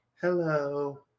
hello